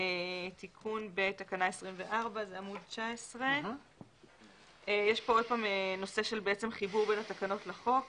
תיקון בתקנה 24. יש כאן חיבור בין התקנות לחוק.